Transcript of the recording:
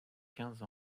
quinze